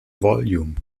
volume